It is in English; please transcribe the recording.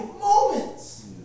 moments